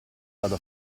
vado